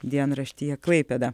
dienraštyje klaipėda